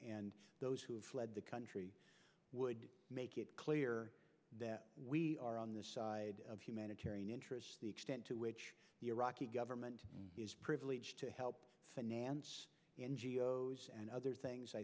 and those who fled the country would make it clear that we are on the side of humanitarian interests the extent to which the iraqi government is privileged to help finance n g o s and other things i